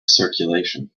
circulation